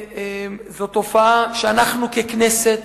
זו תופעה שאנחנו ככנסת